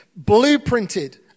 blueprinted